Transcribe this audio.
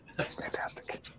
Fantastic